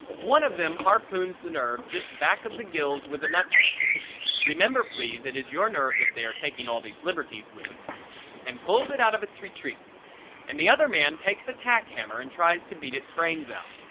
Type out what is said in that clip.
one of them harpoons the nerve just back of the gills with a nutpick remember please it is your nerve that they are taking all these liberties with and pulls it out of its retreat and the other man takes a tack hammer and tries to beat its brains out.